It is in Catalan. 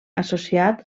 associat